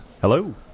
Hello